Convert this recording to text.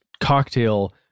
cocktail